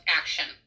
action